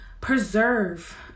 preserve